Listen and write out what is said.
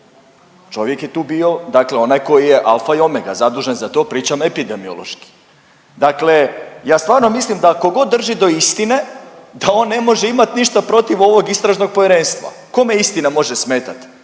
Čovjek je tu bio dakle onaj koji je alfa i omega zadužen za to pričam epidemiološki. Dakle, ja stvarno mislim da kogod drži do istine da on može imat ništa protiv ovog istražnog povjerenstva. Kome istina može smetat?